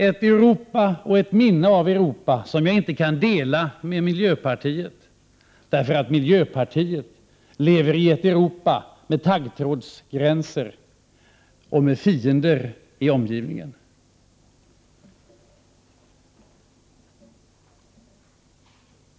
Det är minnen av Europa som jag inte kan dela med miljöpartiet, därför att miljöpartiet lever i ett Europa med taggtrådsgränser och med fiender i omgivningen.